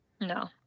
No